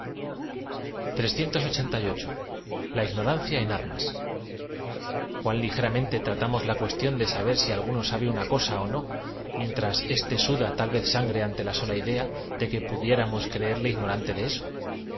la ignorancia en armasé cuán ligeramente tratamos la cuestión de saber si alguno sabe una cosa ó no mientras éste suda tal vez sangre ante la sola idea de que pudiéramos creerle ignorante de esol